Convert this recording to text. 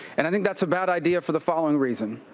and i think that's a bad idea for the following reason.